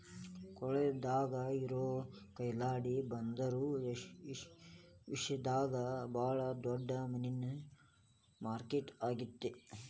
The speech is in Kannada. ಕೇರಳಾದಾಗ ಇರೋ ಕೊಯಿಲಾಂಡಿ ಬಂದರು ಏಷ್ಯಾದಾಗ ಬಾಳ ದೊಡ್ಡ ಮೇನಿನ ಮಾರ್ಕೆಟ್ ಆಗೇತಿ